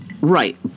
Right